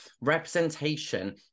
representation